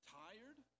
tired